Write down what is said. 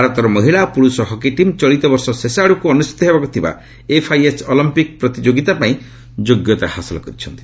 ଭାରତର ମହିଳା ଓ ପୁରୁଷ ହକି ଟିମ୍ ଚଳିତ ବର୍ଷ ଶେଷ ଆଡ଼କୁ ଅନୁଷ୍ଠିତ ହେବାକୁ ଥିବା ଏଫ୍ଆଇଏଚ୍ ଅଲମ୍ପିକ୍ ପ୍ରତିଯୋଗିତା ପାଇଁ ଯୋଗ୍ୟତା ହାସଲ କରିଛନ୍ତି